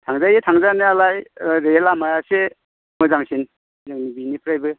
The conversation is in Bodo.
थांजायो थांजानायालाय ओरै लामाया एसे मोजांसिन जोंनि बेनिफ्रायबो